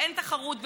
כשאין תחרות,